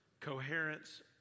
coherence